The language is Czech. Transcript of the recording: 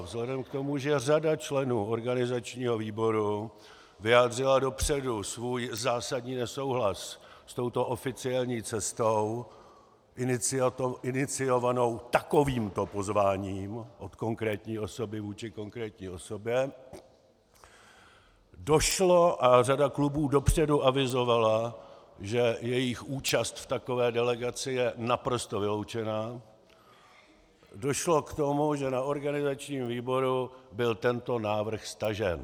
Vzhledem k tomu, že řada členů organizačního výboru vyjádřila dopředu svůj zásadní nesouhlas s touto oficiální cestou, iniciovanou takovýmto pozváním od konkrétní osoby vůči konkrétní osobě, a řada klubů dopředu avizovala, že jejich účast v takové delegaci je naprosto vyloučená, došlo k tomu, že na organizačním výboru byl tento návrh stažen.